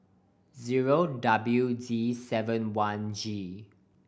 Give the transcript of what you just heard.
zero W D seven one G